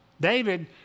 David